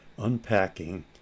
Unpacking